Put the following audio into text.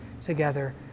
together